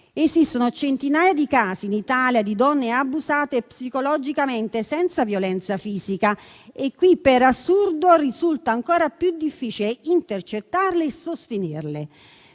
Esistono centinaia di casi in Italia di donne abusate psicologicamente, senza violenza fisica; qui per assurdo risulta ancora più difficile intercettarle e sostenerle.